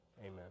Amen